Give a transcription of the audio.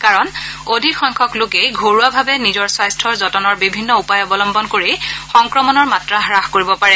কিয়নো অধিক সংখ্যক লোকে ঘৰুৱাভাৱে নিজৰ স্বাস্থ্য যতনৰ বিভিন্ন উপায় অৱলম্বন কৰি সংক্ৰমণৰ মাত্ৰা হাস কৰিব পাৰে